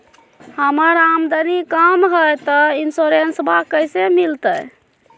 हमर आमदनी कम हय, तो इंसोरेंसबा कैसे मिलते?